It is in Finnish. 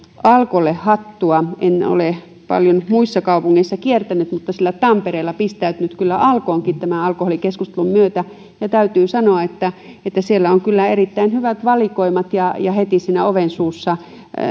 alkolle hattua en ole paljon muissa kaupungeissa kiertänyt mutta tampereella olen pistäytynyt kyllä alkoonkin tämän alkoholikeskustelun myötä ja täytyy sanoa että että siellä on kyllä erittäin hyvät valikoimat ja ja heti siinä ovensuussa